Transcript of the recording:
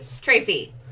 Tracy